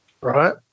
right